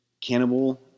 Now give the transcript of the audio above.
Cannibal